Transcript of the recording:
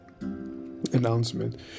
announcement